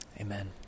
amen